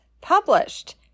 published